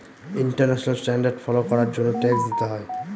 international standard follow করার জন্য tax দিতে হয়